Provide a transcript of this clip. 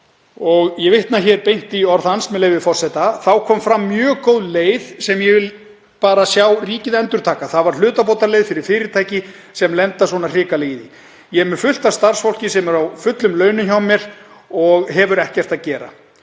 Ég vitna hér beint í orð hans, með leyfi forseta: „Þá kom fram mjög góð leið sem ég vil bara sjá ríkið endurtaka. Það var hlutabótaleið fyrir fyrirtæki sem lenda svona hrikalega í því. Ég er með fullt af starfsfólki sem er á fullum launum hjá mér og hefur ekkert að gera.